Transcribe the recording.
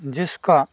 जिसका